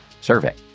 survey